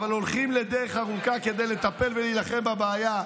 אבל הולכים לדרך ארוכה כדי לטפל ולהילחם בבעיה.